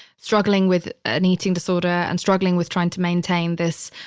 struggling with an eating disorder and struggling with trying to maintain this,